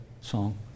song